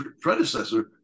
predecessor